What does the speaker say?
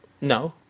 No